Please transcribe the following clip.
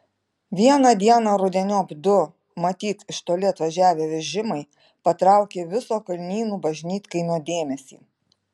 vieną dieną rudeniop du matyt iš toli atvažiavę vežimai patraukė viso kalnynų bažnytkaimio dėmesį